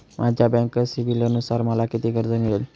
माझ्या बँक सिबिलनुसार मला किती कर्ज मिळेल?